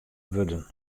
wurden